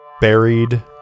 buried